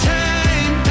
time